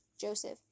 Joseph